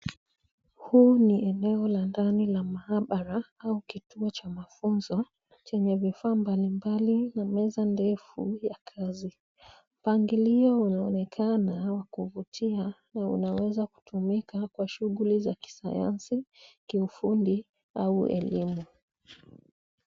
Huu ni eneo la ndani la maabara au kituo cha mafunzo chenye vifaa mbali mbali na meza ndefu ya kazi. Mpangilio unaonekana wa kuvutia na linaweza kutumika kwa shughuli za kisayansi , kiufundi au kielimu.